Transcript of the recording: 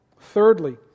Thirdly